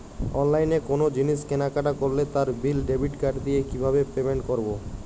অনলাইনে কোনো জিনিস কেনাকাটা করলে তার বিল ডেবিট কার্ড দিয়ে কিভাবে পেমেন্ট করবো?